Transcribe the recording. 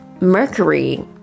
Mercury